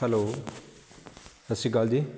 hello ਸਤਿ ਸ਼੍ਰੀ ਅਕਾਲ ਜੀ